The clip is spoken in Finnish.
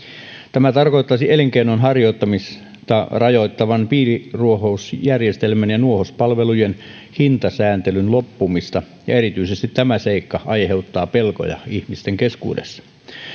tämä tarkoittaisi elinkeinon harjoittamista rajoittavan piirinuohousjärjestelmän ja nuohouspalvelujen hintasääntelyn loppumista ja erityisesti tämä seikka aiheuttaa pelkoja ihmisten keskuudessa